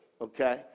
okay